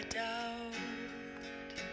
doubt